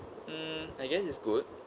mm I guess it's good